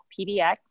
pdx